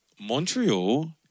Montreal